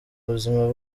buzima